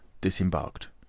disembarked